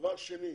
דבר שני,